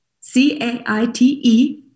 C-A-I-T-E